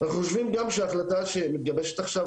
אנחנו חושבים גם שההחלטה שמתגבשת עכשיו